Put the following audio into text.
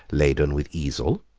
laden with easel,